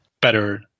better